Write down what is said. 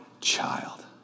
child